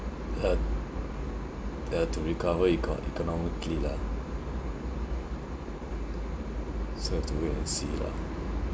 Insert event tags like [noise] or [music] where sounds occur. [noise] ah ya to recover eco~ economically lah so have to wait and see lah